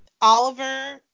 Oliver